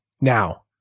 now